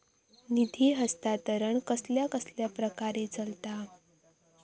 निधी हस्तांतरण कसल्या कसल्या प्रकारे चलता?